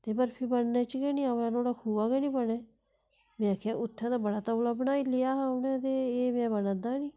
ते बर्फी बनने च गै नी आवा नुआढ़ा खोऐ आ नी बनै में आक्खेआ उत्थें बड़ा तौला बनाई लेआ उ'नें ते एह् बे बना दा नी